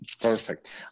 perfect